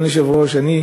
אדוני היושב-ראש, אני